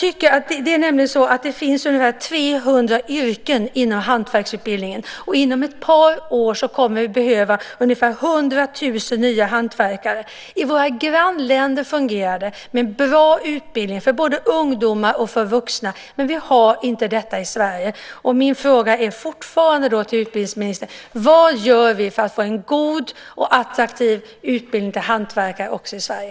Det finns ungefär 300 yrken inom hantverksutbildningen. Inom ett par år kommer vi att behöva ungefär 100 000 nya hantverkare. I våra grannländer fungerar det med en bra utbildning för både ungdomar och vuxna. Men vi har inte det i Sverige. Min fråga till utbildningsministern är fortfarande: Vad gör vi för att få en god och attraktiv utbildning till hantverkare också i Sverige?